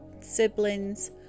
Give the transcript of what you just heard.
siblings